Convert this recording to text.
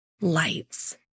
lights